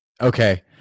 Okay